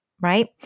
right